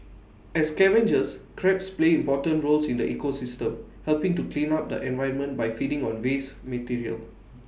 as scavengers crabs play important roles in the ecosystem helping to clean up the environment by feeding on waste material